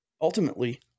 Ultimately